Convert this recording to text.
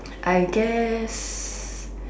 I guess